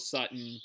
Sutton